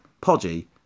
podgy